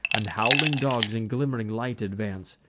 and howling dogs in glimm'ring light advance,